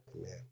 amen